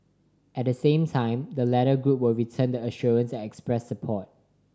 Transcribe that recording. at the same time the latter group would return the assurance and express support